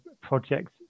projects